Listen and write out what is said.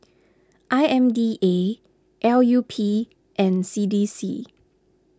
I M D A L U P and C D C